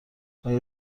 آیا